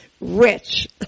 rich